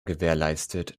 gewährleistet